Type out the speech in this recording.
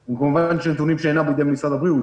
הם כמובן נתונים שאינם בידי משרד הבריאות.